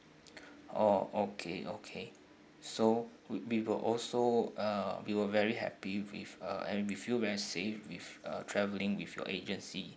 oh okay okay so would be we'll also uh we were very happy with uh and we feel very safe with uh traveling with your agency